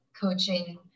coaching